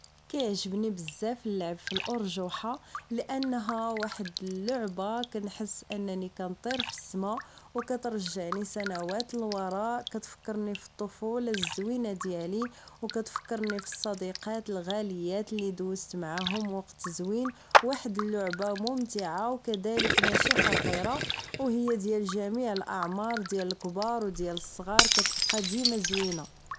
كيعجبني بزاف نلعب فالارجوحة لانها واحد اللعبة كنحس انني كنطير فالسما و كترجعني سنوات للوراء كتفكرني فالطفولة الزوينة ديالي و كتفكرني فالصديقات الغاليات اللي دوزت معاهم وقت زوين واحد اللعبة ممتعة و كدالك ماشي خطيرة و هي ديال جميع الاعمار ديال الكبار و ديال الصغار كتبقى دي ما زوينة